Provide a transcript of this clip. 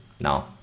No